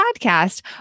podcast